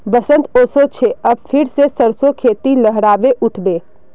बसंत ओशो छे अब फिर से सरसो खेती लहराबे उठ बे